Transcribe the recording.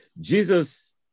Jesus